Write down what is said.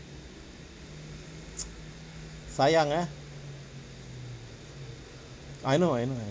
sayang ah I know I know I